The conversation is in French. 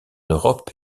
europe